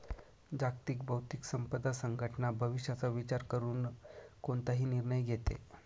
जागतिक बौद्धिक संपदा संघटना भविष्याचा विचार करून कोणताही निर्णय घेते